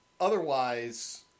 Otherwise